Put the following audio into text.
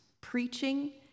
Preaching